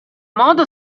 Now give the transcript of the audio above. modo